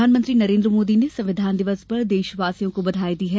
प्रधानमंत्री नरेन्द्र मोदी ने संविधान दिवस पर देशवासियों को बधाई दी है